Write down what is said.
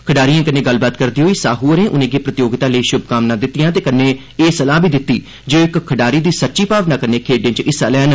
खड़ढारिए कन्नै गल्लबात करदे होई साहू होरे उनें'गी प्रतियोगिता लेई शुभकामना दित्तिआं ते कन्नै एह् सलाह् बी दित्ती जे ओह् इक खड्ढारी दी सच्ची भावना कन्नै खेड्ढें च हिस्सा लैन